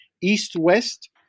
East-West